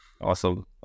Awesome